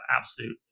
absolute